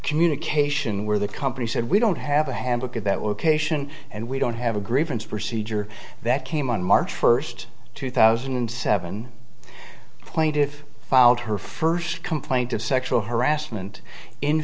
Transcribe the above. communication where the company said we don't have a handbook at that location and we don't have a grievance procedure that came on march first two thousand and seven point if filed her first complaint of sexual harassment in